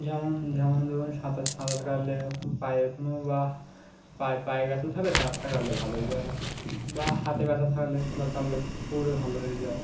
যেমন যেমন ধরুন সাঁতার সাঁতার কাটলে পায়ে কোনো বা পায়ে পায়ে ব্যথা থাকলে সাঁতারটা কাটলে ভালো হয়ে যায় বা হাতে ব্যথা থাকলে সাঁতার কাটলে পুরোটাই ভালো হয়ে যায়